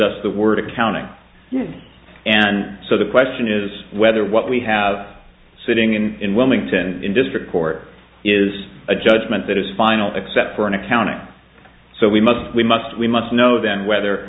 us the word accounting and so the question is whether what we have sitting in in wilmington in district court is a judgment that is final except for an accounting so we must we must we must know then whether